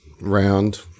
round